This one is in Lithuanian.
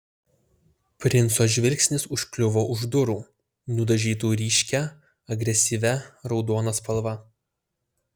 princo žvilgsnis užkliuvo už durų nudažytų ryškia agresyvia raudona spalva